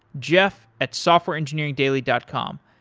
jeff at softwareengineeringdaily dot com.